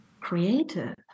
creative